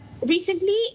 recently